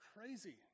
crazy